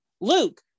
Luke